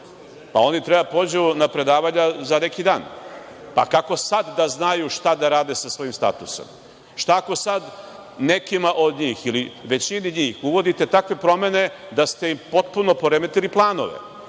Oni treba da pođu na predavanja za neki dan. Kako sada da znaju šta da rade sa svojim statusom? Šta ako sada nekima od njih ili većini njih uvodite takve promene da ste im potpuno poremetili planove,